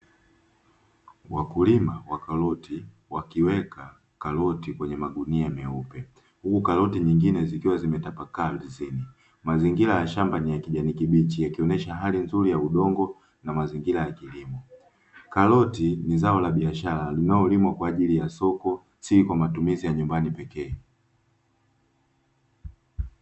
Wakulima wa karoti wakiweka karoti kwenye magunia meupe, huku karoti nyingine zikiwa zimetapakaa ardhini. Mazingira ya shamba ni ya kijani kibichi, yakionyesha hali nzuri ya udongo na mazingira ya kilimo. Karoti ni zao la biashara linalolimwa kwa ajili ya soko, si kwa matumizi ya nyumbani pekee.